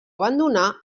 abandonar